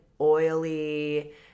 oily